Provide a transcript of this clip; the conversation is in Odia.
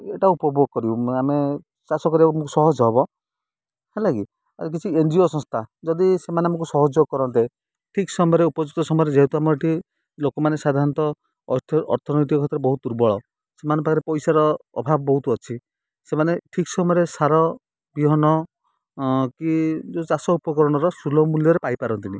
ଏଟା ଉପଭୋଗ କରିବୁ ଆମେ ଚାଷ କରିବାକୁ ଆମକୁ ସହଜ ହବ ହେଲା କି ଆଉ କିଛି ଏନ୍ ଜି ଓ ସଂସ୍ଥା ଯଦି ସେମାନେ ଆମକୁ ସହଯୋଗ କରନ୍ତେ ଠିକ୍ ସମୟରେ ଉପଯୁକ୍ତ ସମୟରେ ଯେହେତୁ ଆମର ଏଠି ଲୋକମାନେ ସାଧାରଣତଃ ଅର୍ଥନୈତିକ କ୍ଷେତ୍ରରେ ବହୁତ ଦୁର୍ବଳ ସେମାନଙ୍କ ପାଖରେ ପଇସାର ଅଭାବ ବହୁତ ଅଛି ସେମାନେ ଠିକ୍ ସମୟରେ ସାର ବିହନ କି ଯେଉଁ ଚାଷ ଉପକରଣର ସୁଲଭ ମୂଲ୍ୟରେ ପାଇପାରନ୍ତିନି